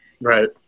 Right